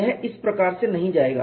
यह इस प्रकार से नहीं जाएगा